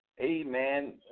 Amen